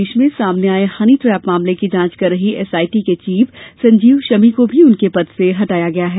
प्रदेश में सामने आये हनी ट्रेप मामले की जांच कर रही एसआईटी के चीफ संजीव शमी को भी उनके पद से हटाया गया है